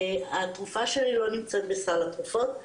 התרופה שלי לא נמצאת בסל התרופות,